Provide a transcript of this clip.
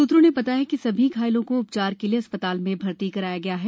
सूत्रों ने बताया कि सभी घायलों को उपचार के लिए अस्पताल में भर्ती कराया गया है